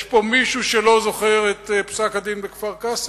יש פה מישהו שלא זוכר את פסק-דין כפר-קאסם?